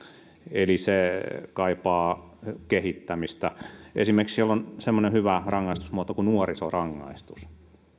eli se kaipaa kehittämistä esimerkiksi siellä on semmoinen hyvä rangaistusmuoto kuin nuorisorangaistus